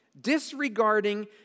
disregarding